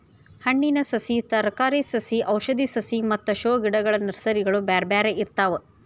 ಹಣ್ಣಿನ ಸಸಿ, ತರಕಾರಿ ಸಸಿ ಔಷಧಿ ಸಸಿ ಮತ್ತ ಶೋ ಗಿಡಗಳ ನರ್ಸರಿಗಳು ಬ್ಯಾರ್ಬ್ಯಾರೇ ಇರ್ತಾವ